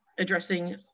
addressing